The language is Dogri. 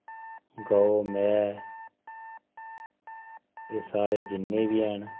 गौ मैह् एह् जिन्ने बी हैन